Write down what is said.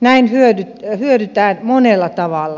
näin hyödytään monella tavalla